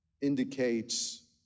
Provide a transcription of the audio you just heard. indicates